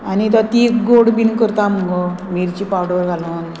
आनी तो तीक गोड बीन करता मगो मिरची पावडर घालून